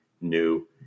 new